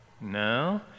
No